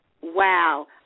Wow